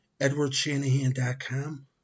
edwardshanahan.com